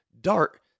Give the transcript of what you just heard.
DART